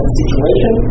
situation